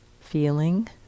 feeling